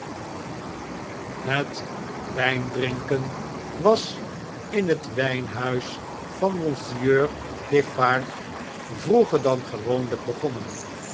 het wjjndrinken was in het wjjnhuis van monsieur defarge vroeger dan gewoonljjk begonnen